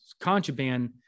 contraband